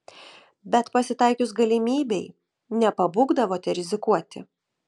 bet pasitaikius galimybei nepabūgdavote rizikuoti